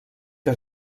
que